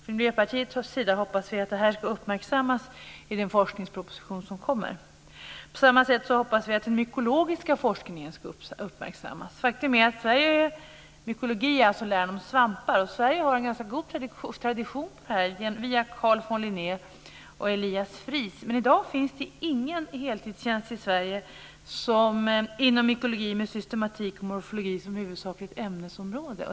Från Miljöpartiets sida hoppas vi att detta ska uppmärksammas i den forskningsproposition som kommer. På samma sätt hoppas vi att den mykologiska forskningen ska uppmärksammas. Mykologi är alltså läran om svampar. Sverige har här en ganska god tradition via Carl von Linné och Elias Fries. Men i dag finns det ingen heltidstjänst i Sverige inom mykologi med systematik och morfologi som huvudsakligt ämnesområde.